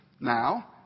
now